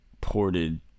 ported